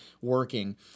working